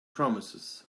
promises